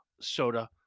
Soda